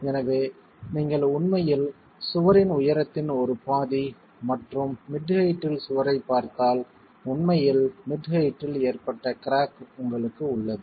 எனவே நீங்கள் உண்மையில் சுவரின் உயரத்தின் ஒரு பாதி மற்றும் மிட் ஹெயிட்டில் சுவரைப் பார்த்தால் உண்மையில்மிட் ஹெயிட்டில் ஏற்பட்ட கிராக் உங்களுக்கு உள்ளது